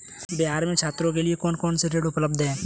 बिहार में छात्रों के लिए कौन कौन से ऋण उपलब्ध हैं?